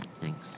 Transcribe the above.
Thanks